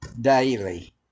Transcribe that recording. daily